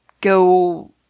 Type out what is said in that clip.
go